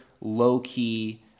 low-key